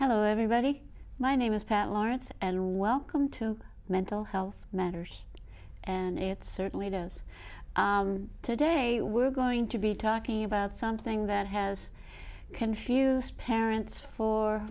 hello everybody my name is pat lawrence and welcome to mental health matters and it certainly does today we're going to be talking about something that has confused parents for